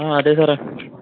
ആ അതെ സാറെ